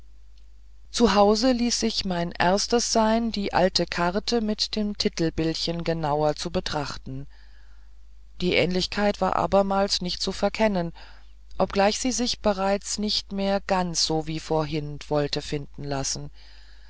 zu hause ließ ich es mein erstes sein die alte karte mit dem titelbildchen genauer zu betrachten die ähnlichkeit war abermals nicht zu verkennen obgleich sie sich bereits nicht mehr so ganz wie vorhin wollte finden lassen